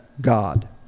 God